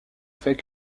fait